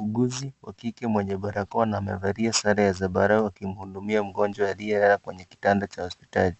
Muuguzi wa kike mwenye barakoa na amevalia sare ya zambarau akimhudumia mgonjwa aliyelazwa kwenye kitanda cha hospitali.